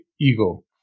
ego